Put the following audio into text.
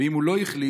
ואם הוא לא החליט,